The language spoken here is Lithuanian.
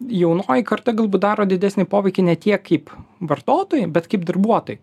jaunoji karta galbūt daro didesnį poveikį ne tiek kaip vartotojai bet kaip darbuotojai